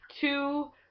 Two